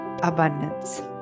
abundance